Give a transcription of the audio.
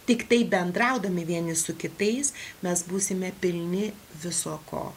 tiktai bendraudami vieni su kitais mes būsime pilni viso ko